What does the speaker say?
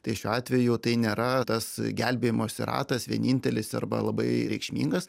tai šiuo atveju tai nėra tas gelbėjimosi ratas vienintelis arba labai reikšmingas